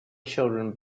children